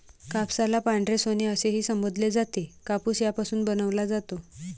कापसाला पांढरे सोने असेही संबोधले जाते, कापूस यापासून बनवला जातो